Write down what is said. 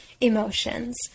emotions